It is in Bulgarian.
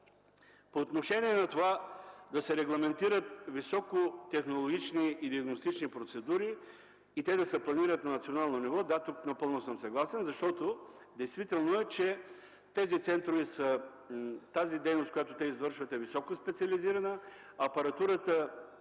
по отношение на това да се регламентират високо технологични и диагностични процедури и те да се планират на национално ниво. Да, тук напълно съм съгласен, защото действително тази дейност, която центровете извършват, е високо специализирана; апаратурата,